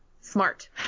smart